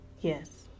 Yes